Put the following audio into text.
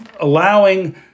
allowing